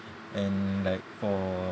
and like for